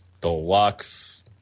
deluxe